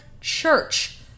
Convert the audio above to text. church